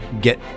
get